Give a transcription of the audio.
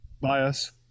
bias